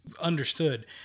understood